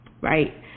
right